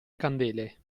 candele